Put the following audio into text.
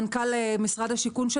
מנכ"ל משרד השיכון,